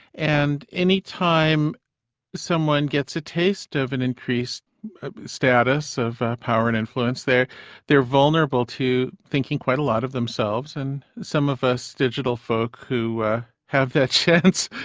and any time someone gets a taste of an increased status of power and influence, they're they're vulnerable to thinking quite a lot of themselves and some of us digital folk who have that chance,